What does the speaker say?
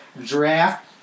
draft